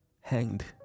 hanged